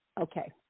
Okay